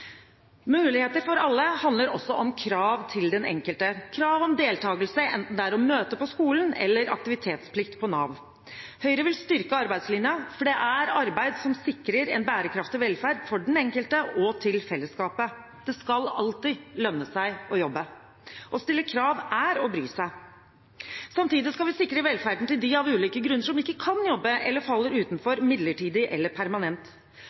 Muligheter for alle handler også om krav til den enkelte – krav om deltakelse, enten det er å møte på skolen, eller det er aktivitetsplikt på Nav. Høyre vil styrke arbeidslinjen, for det er arbeid som sikrer en bærekraftig velferd for den enkelte og til fellesskapet. Det skal alltid lønne seg å jobbe. Å stille krav er å bry seg. Samtidig skal vi sikre velferden til dem som av ulike grunner ikke kan jobbe, eller som faller utenfor, midlertidig eller permanent.